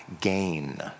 gain